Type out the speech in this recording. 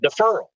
deferral